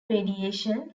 radiation